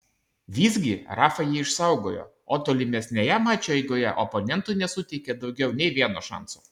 visgi rafa jį išsaugojo o tolimesnėje mačo eigoje oponentui nesuteikė daugiau nei vieno šanso